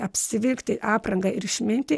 apsivilkti aprangą ir išminti